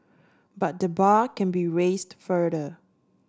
but the bar can be raised further